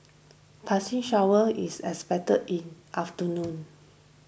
passing showers is expected in afternoon